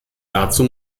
dazu